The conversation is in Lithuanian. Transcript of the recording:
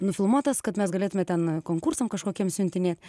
nufilmuotas kad mes galėtume ten konkursam kažkokiem siuntinėt